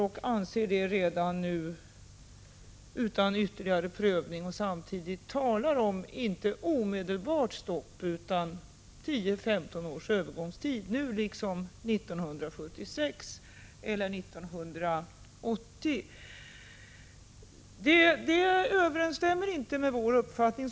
Samtidigt talar de, nu liksom 1976 och 1980, inte om omedelbart stopp utan om en övergångsperiod på 10-15 år. Detta överensstämmer inte med vår uppfattning.